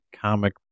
comic